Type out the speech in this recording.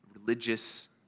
religious